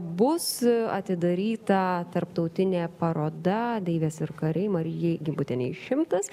bus atidaryta tarptautinė paroda deivės ir kariai marijai gimbutienei šimtas